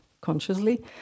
consciously